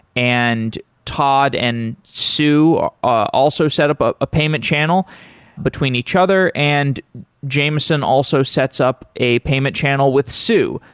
and todd and sue also set up up a payment channel between each other, and jameson also sets up a payment channel with sue.